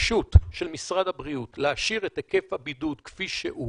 שההתעקשות של משרד הבריאות להשאיר את היקף הבידוד כפי שהוא